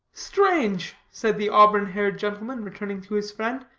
strange, said the auburn-haired gentleman, returning to his friend,